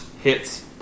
Hits